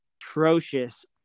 atrocious